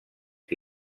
que